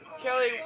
Kelly